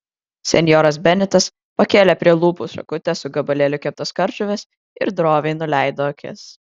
senjoras benitas pakėlė prie lūpų šakutę su gabalėliu keptos kardžuvės ir droviai nuleido akis